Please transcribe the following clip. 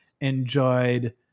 enjoyed